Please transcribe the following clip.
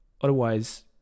Otherwise